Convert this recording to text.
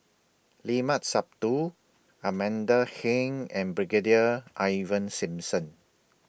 Limat Sabtu Amanda Heng and Brigadier Ivan Simson